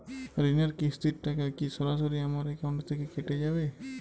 ঋণের কিস্তির টাকা কি সরাসরি আমার অ্যাকাউন্ট থেকে কেটে যাবে?